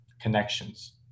connections